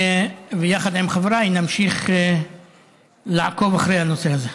ויחד עם חבריי נמשיך לעקוב אחרי הנושא הזה.